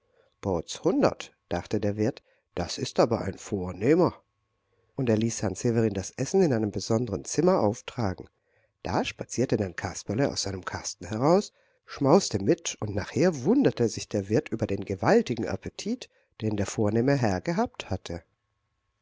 potzhundert dachte der wirt das ist aber ein vornehmer und er ließ herrn severin das essen in einem besonderen zimmer auftragen da spazierte dann kasperle aus seinem kasten heraus schmauste mit und nachher wunderte sich der wirt über den gewaltigen appetit den der vornehme herr gehabt hatte